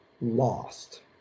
lost